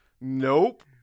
Nope